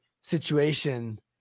situation